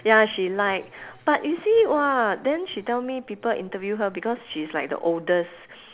ya she like but you see !wah! then she tell me people interview her because she's like the oldest